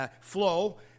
flow